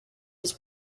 his